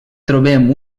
trobem